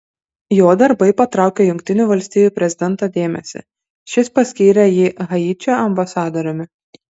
jo darbai patraukė jungtinių valstijų prezidento dėmesį šis paskyrė jį haičio ambasadoriumi